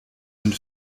und